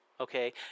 Okay